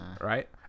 right